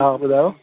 हा ॿुधायो